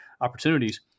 opportunities